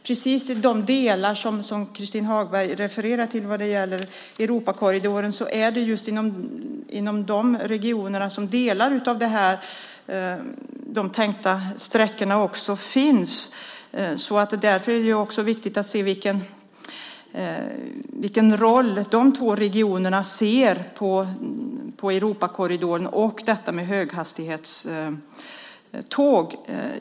Precis i de regioner som Christin Hagberg refererar till vad gäller Europakorridoren finns delar av de tänkta sträckorna. Därför är det också viktigt att se vilken roll man i de två regionerna ser att Europakorridoren och höghastighetstågen har.